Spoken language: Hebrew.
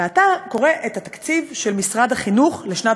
ואתה קורא את התקציב של משרד החינוך לשנת